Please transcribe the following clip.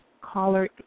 Caller